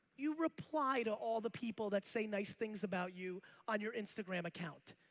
you reply to all the people that say nice things about you on your instagram account.